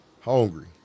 hungry